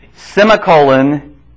Semicolon